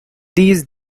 these